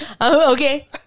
okay